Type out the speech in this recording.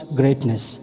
greatness